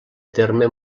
terme